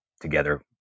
together